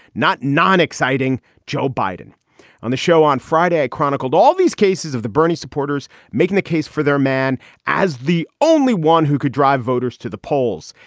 not non exciting. joe biden on the show on friday chronicled all these cases of the bernie supporters making the case for their man as the only one who could drive voters to the polls,